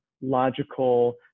logical